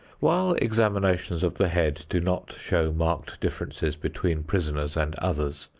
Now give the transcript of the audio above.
while examinations of the head do not show marked differences between prisoners and others,